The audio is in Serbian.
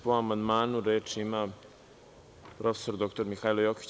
Po amandmanu, reč ima prof. dr Mihajlo Jokić.